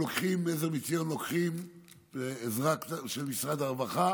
עזר מציון היו לוקחים עזרה של משרד הרווחה